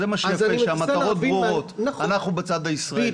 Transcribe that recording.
אנחנו בצד הישראלי.